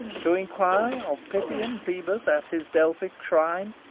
to inquire of pythian phoebus at his delphic shrine,